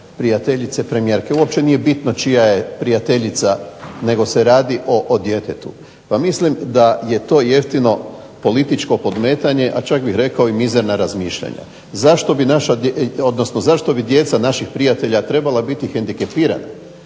prijateljice premijerke. Uopće nije bitno čija je prijateljica, nego se radi o djetetu. Pa mislim da je to jeftino političko podmetanje, a čak bih rekao i mizerna razmišljanja. Zašto bi djeca naših prijatelja trebala biti hendikepirana